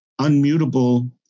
unmutable